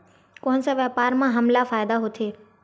कोन से व्यापार म हमला फ़ायदा होथे?